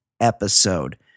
Episode